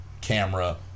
camera